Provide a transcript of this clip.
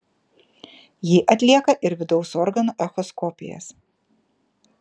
ji atlieka ir vidaus organų echoskopijas